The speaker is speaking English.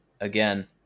again